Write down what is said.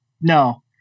no